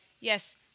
yes